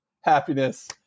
happiness